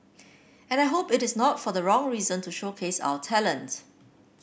and I hope it is not for the wrong reason to showcase our talent